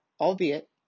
albeit